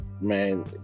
man